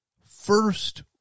first